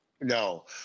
No